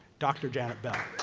dr. janet bell.